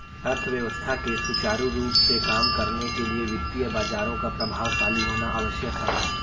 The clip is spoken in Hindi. अर्थव्यवस्था के सुचारू रूप से काम करने के लिए वित्तीय बाजारों का प्रभावशाली होना आवश्यक है